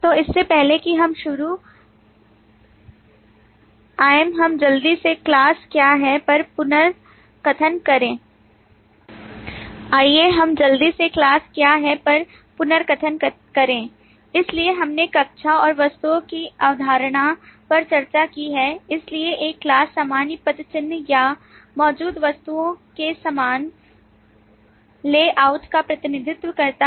तो इससे पहले कि हम शुरू करें आइए हम जल्दी से class क्या है पर पुनर्कथन करें इसलिए हमने कक्षा और वस्तुओं की अवधारणा पर चर्चा की है इसलिए एक class सामान्य पदचिह्न या मौजूद वस्तुओं के सामान्य लेआउट का प्रतिनिधित्व करता है